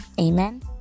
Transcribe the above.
amen